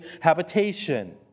habitation